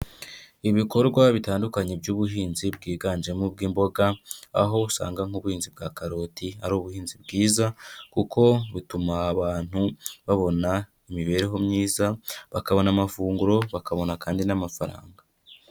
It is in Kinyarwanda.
Ibikorwa bitandukanye by'ubuhinzi bwiganjemo ubw'imboga, aho usanga nk'ubuhinzi bwa karoti ari ubuhinzi bwiza, kuko butuma abantu babona imibereho myiza, bakabona amafunguro, bakabona kandi n'amafaranga.